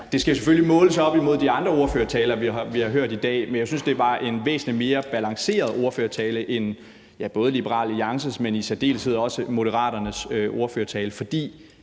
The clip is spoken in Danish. det skal selvfølgelig måles op imod de andre ordførertaler, vi har hørt i dag – en væsentlig mere balanceret ordførertale end både Liberal Alliances, men i særdeleshed også Moderaternes ordførertale. For